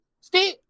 Steve